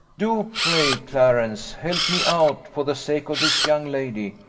do, pray, clarence, help me out, for the sake of this young lady,